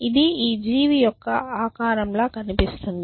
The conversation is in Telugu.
ఇది ఈ జీవి యొక్క ఆకారం లా కనిపిస్తుంది